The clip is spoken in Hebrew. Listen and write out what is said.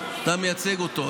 אתה מייצג אותו.